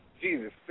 Jesus